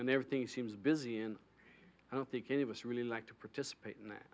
and their thing seems busy and i don't think any of us really like to participate in that